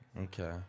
Okay